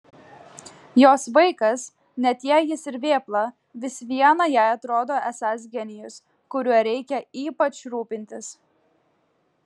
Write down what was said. jos vaikas net jei jis ir vėpla vis viena jai atrodo esąs genijus kuriuo reikia ypač rūpintis